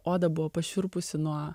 oda buvo pašiurpusi nuo